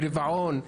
ברבעון,